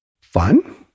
fun